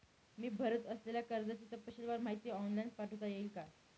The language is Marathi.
मी भरत असलेल्या कर्जाची तपशीलवार माहिती ऑनलाइन पाठवता येईल का?